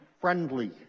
friendly